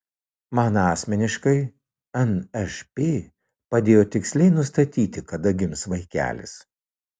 man asmeniškai nšp padėjo tiksliai nustatyti kada gims vaikelis